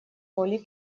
воли